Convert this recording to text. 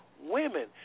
women